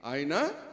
Aina